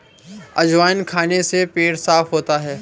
अजवाइन खाने से पेट साफ़ होता है